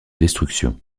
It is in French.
destruction